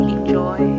Enjoy